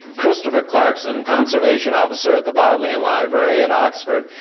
christopher clarkson, conservation officer at the bodleian library at oxford,